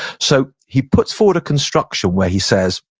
so he puts forward a construction where he says,